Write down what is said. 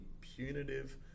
punitive